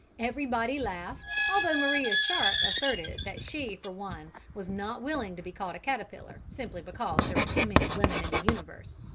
everybody laughed, although maria sharp asserted that she for one was not willing to be called a caterpillar simply because there were too many women in the universe.